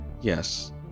Yes